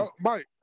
Mike